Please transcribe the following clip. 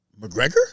McGregor